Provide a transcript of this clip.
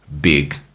big